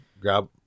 grab